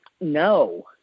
no